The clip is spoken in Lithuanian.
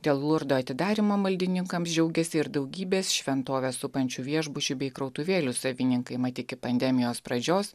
dėl lurdo atidarymo maldininkams džiaugėsi ir daugybės šventovę supančių viešbučių bei krautuvėlių savininkai mat iki pandemijos pradžios